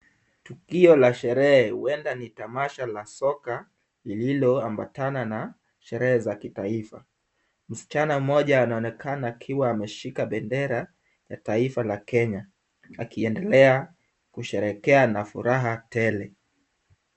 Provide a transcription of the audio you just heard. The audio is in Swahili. Tukio la sherehe huenda ni tamasha la soka lililoambatana na sherehe za kitaifa. Msichana mmoja anaonekana akiwa ameshika bendera ya taifa la Kenya, akiendelea kusherehekea na furaha tele.